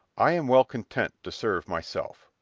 i am well content to serve myself,